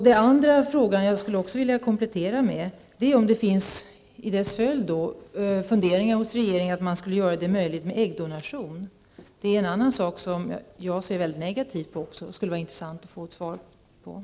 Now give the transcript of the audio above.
Jag skulle vilja komplettera min fråga med att fråga om det i dess följd finns funderingar hos regeringen om att man skulle göra det möjligt med äggdonationer. Det är en annan sak som jag ser väldigt negativt på. Det skulle vara intressant att få svar på den frågan.